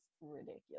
ridiculous